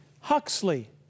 Huxley